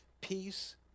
peace